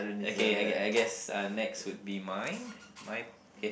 okay I guess I guess uh next will be mine mine okay